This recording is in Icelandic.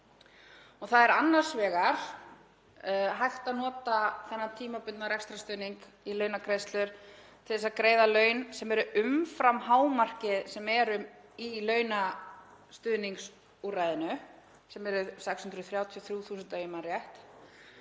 Það er annars vegar hægt að nota þennan tímabundna rekstrarstuðning í launagreiðslur til að greiða laun sem eru umfram hámarkið sem er í launastuðningsúrræðinu, sem er 633.000 kr.,